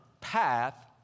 path